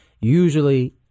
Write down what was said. usually